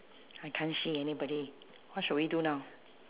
I can't see anybody what should we do now